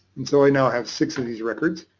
and so i now have six of these records.